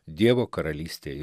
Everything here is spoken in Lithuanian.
dievo karalystėje